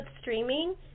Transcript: streaming